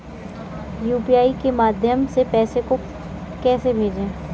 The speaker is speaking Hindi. यू.पी.आई के माध्यम से पैसे को कैसे भेजें?